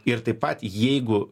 ir taip pat jeigu